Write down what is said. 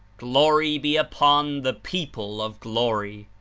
glory be upon the people of glory!